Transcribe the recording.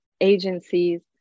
agencies